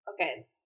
Okay